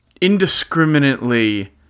indiscriminately